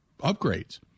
upgrades